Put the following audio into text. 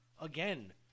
again